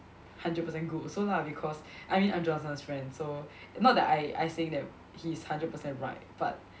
hundred per cent good also lah because I mean I'm Johnson's friend so not that I I saying that he is hundred percent right but